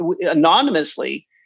anonymously